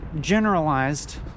generalized